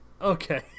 okay